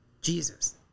Jesus